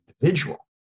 individual